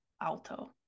alto